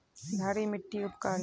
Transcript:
क्षारी मिट्टी उपकारी?